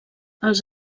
els